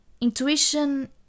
Intuition